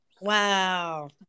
Wow